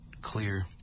Clear